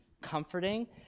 comforting